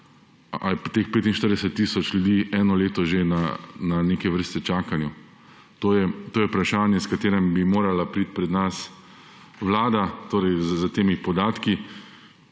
ali je teh 45 tisoč ljudi že eno leto na neke vrste čakanju? To je vprašanje, s katerim bi morala priti pred nas Vlada, torej s temi podatki,